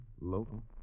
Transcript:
Local